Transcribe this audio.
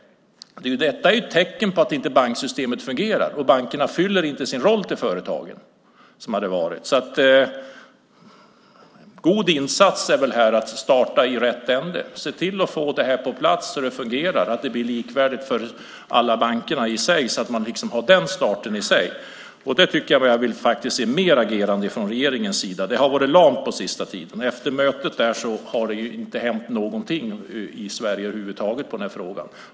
Detta är ett tecken på att banksystemet inte fungerar och att bankerna inte fyller sin roll för företagen. En god insats är här att starta i rätt ände. Det gäller att få det på plats så att det fungerar och blir likvärdigt för alla bankerna så att man har den starten. Där vill jag se mer agerande från regeringens sida. Det har varit lamt på sista tiden. Efter mötet har det inte hänt någonting i Sverige över huvud taget i den här frågan.